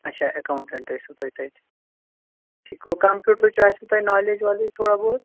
اچھا اٮ۪کاوُنٛٹ ٲسِو تُہۍ تَتہِ ٹھیٖک گوٚو کَمپیوٗٹرٕچ آسوٕ تۄہہِ نالیج والیج تھوڑا بہت